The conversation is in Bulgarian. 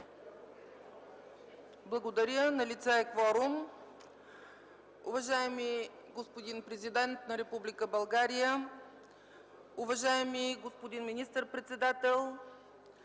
ЦАЧЕВА: Налице е кворум. Уважаеми господин президент на Република България, уважаеми господин министър-председател,